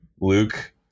Luke